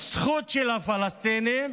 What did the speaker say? זכות של הפלסטינים,